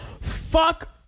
fuck